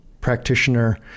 practitioner